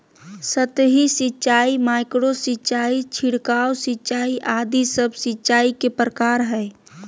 सतही सिंचाई, माइक्रो सिंचाई, छिड़काव सिंचाई आदि सब सिंचाई के प्रकार हय